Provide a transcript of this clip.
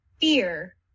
fear